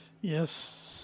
Yes